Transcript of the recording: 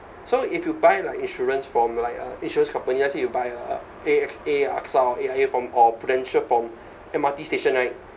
so if you buy like insurance from like a insurance company let's say you buy uh A_X_A AXA A_I_A from or prudential from M_R_T station right